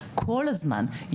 כל הזמן,